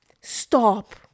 stop